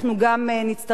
הרווחה והבריאות,